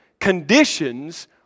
conditions